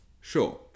sure